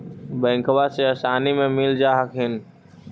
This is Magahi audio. बैंकबा से आसानी मे मिल जा हखिन?